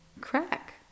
crack